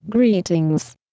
Greetings